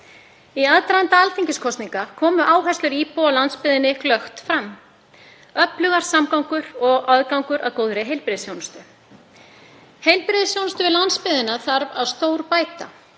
Í aðdraganda alþingiskosninga komu áherslur íbúa á landsbyggðinni glöggt fram. Öflugar samgöngur og aðgangur að góðri heilbrigðisþjónustu. Heilbrigðisþjónustu við landsbyggðina þarf að stórbæta.